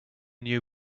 new